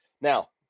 now